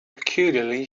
peculiarly